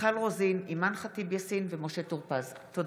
מיכל רוזין, אימאן ח'טיב יאסין ומשה טור פז בנושא: